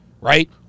right